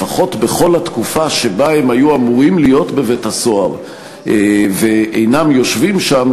לפחות בכל התקופה שבה הם היו אמורים להיות בבית-הסוהר ואינם יושבים שם,